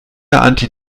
anti